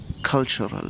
cultural